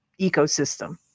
ecosystem